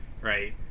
right